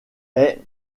est